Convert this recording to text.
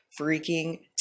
freaking